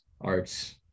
arts